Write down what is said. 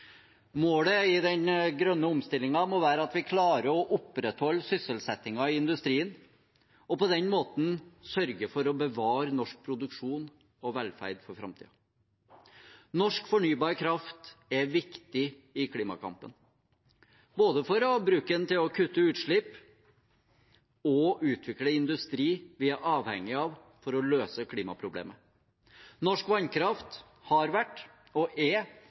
Målet i den grønne omstillingen må være at vi klarer å opprettholde sysselsettingen i industrien og på den måten sørge for å bevare norsk produksjon og velferd for framtiden. Norsk fornybar kraft er viktig i klimakampen, både for å bruke den til å kutte utslipp og for å utvikle industri vi er avhengig av for å løse klimaproblemet. Norsk vannkraft har vært og er